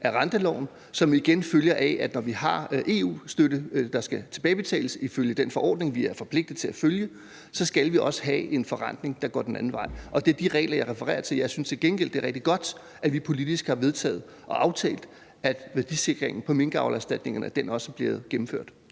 af renteloven, som igen følger det, at når vi har EU-støtte, der ifølge den forordning, som vi er forpligtet til at følge, skal tilbagebetales, så skal vi også have en forrentning, der går den anden vej, og det er de regler, jeg refererer til. Jeg synes til gengæld også, det er rigtig godt, at vi politisk har vedtaget og aftalt, at værdisikringen på minkavlererstatningerne er blevet gennemført.